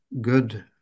good